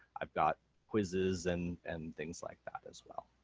i've got quizzes and and things like that as well.